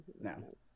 no